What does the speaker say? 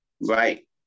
Right